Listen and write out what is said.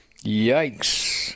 yikes